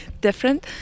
different